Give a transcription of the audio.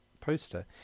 poster